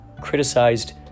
criticized